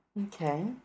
Okay